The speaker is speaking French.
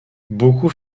beaucoup